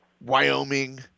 Wyoming